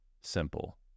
simple